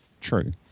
True